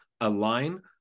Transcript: align